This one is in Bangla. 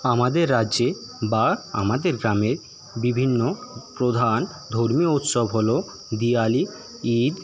আমাদের রাজ্যে বা আমাদের গ্রামের বিভিন্ন প্রধান ধর্মীয় উৎসব হলো দিওয়ালি ঈদ